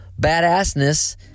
badassness